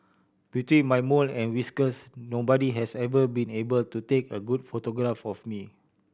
between my mole and whiskers nobody has ever been able to take a good photograph of me